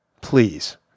Please